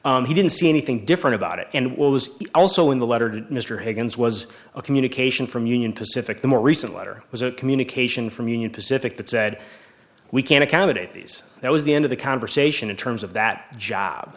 he didn't see anything different about it and what was also in the letter to mr higgins was a communication from union pacific the more recent letter was a communication from union pacific that said we can accommodate these that was the end of the conversation in terms of that job